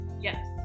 Yes